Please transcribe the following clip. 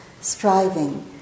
striving